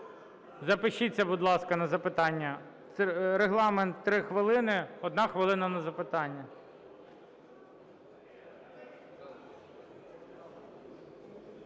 Запишіться, будь ласка, на запитання. Регламент – 3 хвилини, 1 хвилина – на запитання.